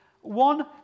One